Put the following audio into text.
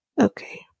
Okay